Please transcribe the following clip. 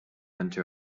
into